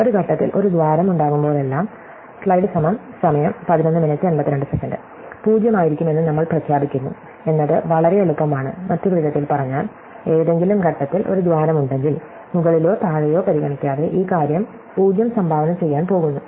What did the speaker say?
ഒരു ഘട്ടത്തിൽ ഒരു ദ്വാരം ഉണ്ടാകുമ്പോഴെല്ലാം റഫർ സ്ലൈഡ് സമയം 1152 0 ആയിരിക്കുമെന്ന് നമ്മൾ പ്രഖ്യാപിക്കുന്നു എന്നത് വളരെ എളുപ്പമാണ് മറ്റൊരു വിധത്തിൽ പറഞ്ഞാൽ ഏതെങ്കിലും ഘട്ടത്തിൽ ഒരു ദ്വാരം ഉണ്ടെങ്കിൽ മുകളിലോ താഴെയോ പരിഗണിക്കാതെ ഈ കാര്യം 0 സംഭാവന ചെയ്യാൻ പോകുന്നു